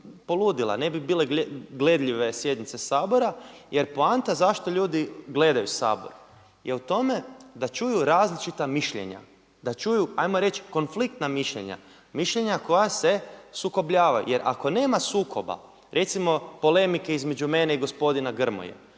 ne bi bile gledljive sjednice Sabora jer poanta zašto ljudi gledaju Sabor je u tome da čuju različita mišljenja, da čuju, 'ajmo reći konfliktna mišljenja, mišljenja koja se sukobljavaju. Jer ako nema sukoba, recimo polemike između mene i gospodina Grmoje,